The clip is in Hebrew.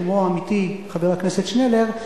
כמו עמיתי חבר הכנסת שנלר,